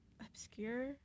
obscure